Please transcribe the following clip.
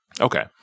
Okay